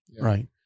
Right